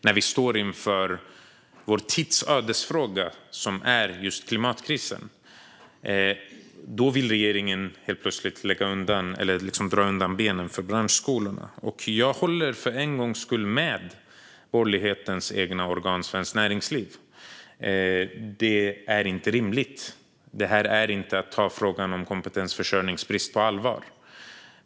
Och vi står inför vår tids ödesfråga, som är just klimatkrisen. Då vill regeringen helt plötsligt slå undan benen på branschskolorna. Jag håller för en gångs skull med borgerlighetens eget organ Svenskt Näringsliv. Detta är inte rimligt. Det här är inte att ta frågan om kompetensförsörjningsbrist på allvar.